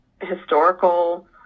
historical